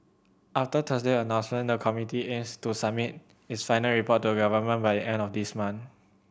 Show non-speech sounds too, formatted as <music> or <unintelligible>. after Thursday announcement the committee aims to submit its final report to a <unintelligible> by the end of this month